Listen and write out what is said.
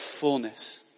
fullness